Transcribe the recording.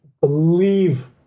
believe